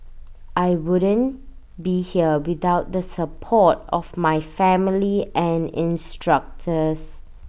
I wouldn't be here without the support of my family and instructors